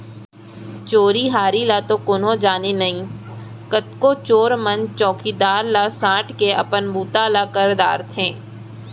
चोरी हारी ल तो कोनो जाने नई, कतको चोर मन चउकीदार ला सांट के अपन बूता कर डारथें